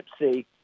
gypsy